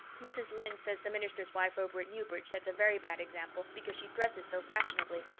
mrs. lynde says the minister's wife over at newbridge sets a very bad example because she dresses so fashionably.